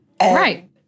Right